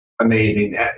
amazing